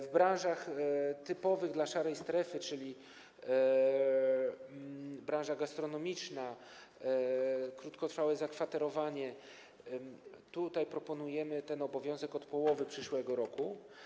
W branżach typowych dla szarej strefy, czyli w branży gastronomicznej, krótkotrwałego zakwaterowania, proponujemy ten obowiązek od połowy przyszłego roku.